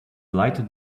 lighted